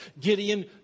Gideon